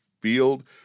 field